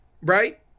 Right